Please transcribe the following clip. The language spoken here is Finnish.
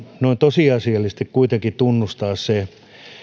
noin tosiasiallisesti kuitenkin tunnustaa se